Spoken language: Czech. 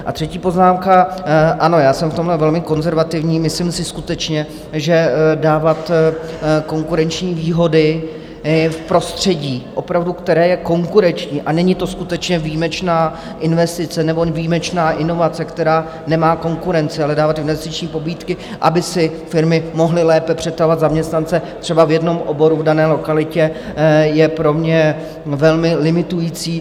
A třetí poznámka: ano, já jsem v tomhle velmi konzervativní, myslím si skutečně, že dávat konkurenční výhody v prostředí opravdu, které je konkurenční, a není to skutečně výjimečná investice nebo výjimečná inovace, která nemá konkurenci, ale dávat investiční pobídky, aby si firmy mohly lépe přetahovat zaměstnance třeba v jednom oboru v dané lokalitě, je pro mě velmi limitující.